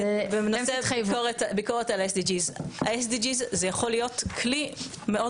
ביקורת על SDG. ה-SDG יכול להיות כלי מאוד